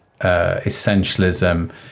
Essentialism